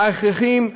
ההכרחיים,